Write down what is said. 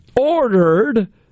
ordered